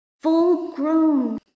full-grown